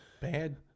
bad